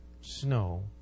snow